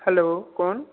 hello कौन